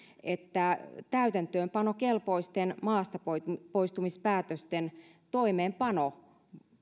että täytäntöönpanokelpoisten maastapoistumispäätösten toimeenpano